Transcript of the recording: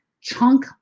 chunk